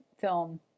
film